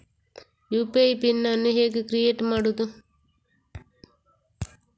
UPI pin ಅನ್ನು ಹೇಗೆ create ಮಾಡುದು?